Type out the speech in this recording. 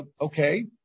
okay